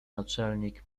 naczelnik